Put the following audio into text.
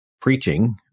preaching